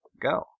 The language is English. Go